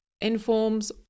informs